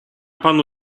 panu